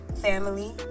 family